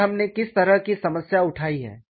और हमने किस तरह की समस्या उठाई है